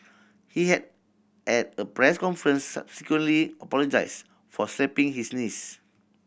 he had at a press conference subsequently apologised for slapping his niece